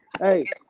Hey